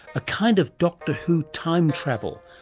a kind of doctor who time travel,